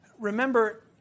remember